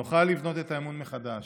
נוכל לבנות את האמון מחדש.